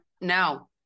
No